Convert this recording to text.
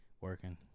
working